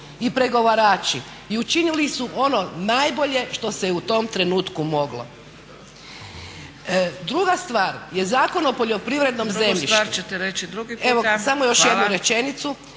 i pregovarači i učinili su ono najbolje što se je u tom trenutku moglo. Druga stvar, je Zakon o poljoprivrednom zemljištu. **Zgrebec,